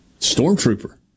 Stormtrooper